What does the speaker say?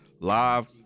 live